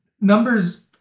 Numbers